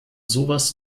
sowas